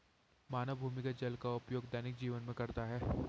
मानव भूमिगत जल का उपयोग दैनिक जीवन में करता है